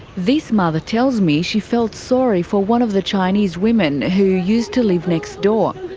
this mother tells me she felt sorry for one of the chinese women who used to live next door.